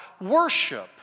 worship